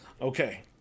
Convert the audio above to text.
Okay